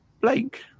Blake